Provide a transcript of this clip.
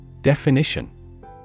Definition